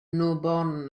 newborn